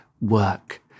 work